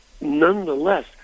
Nonetheless